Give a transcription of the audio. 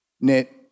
knit